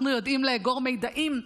אנחנו יודעים לאגור מידעים.